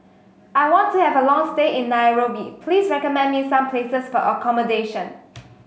I want to have a long stay in Nairobi please recommend me some places for accommodation